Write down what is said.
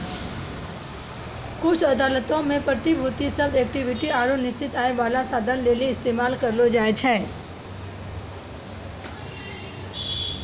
कुछु अदालतो मे प्रतिभूति शब्द इक्विटी आरु निश्चित आय बाला साधन लेली इस्तेमाल करलो जाय छै